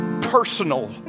personal